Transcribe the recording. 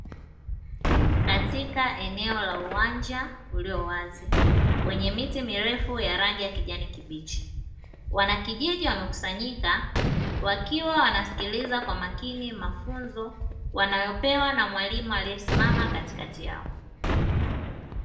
Katika eneo la uwanja uliyo wazi wenye miti mirefu ya rangi ya kijani kibichi, wanakijiji wamekusanyika wakiwa wanasikiliza kwa makini mafunzo wanayopewa na mwalimu aliyesimama katikati yao.